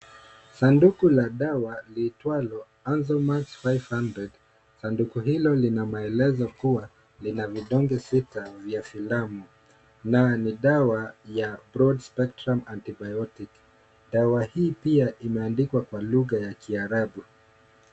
Sanduku la dawa liitwalo azomax 500 . Sanduku hilo lina maelezo kuwa lina vidonge sita na ni dawa ya broad spectrum antibiotic . Dawa hii pia imeandikwa kwa lugha ya kiarabu.